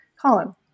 column